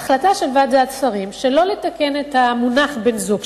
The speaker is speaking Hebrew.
ההחלטה של ועדת השרים שלא לתקן את המונח בן-זוג,